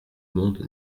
monde